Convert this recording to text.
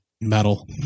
Metal